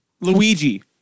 Luigi